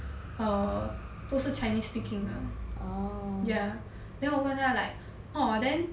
err 都是 chinese speaking 的 ya then 我问他 like orh then